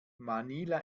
manila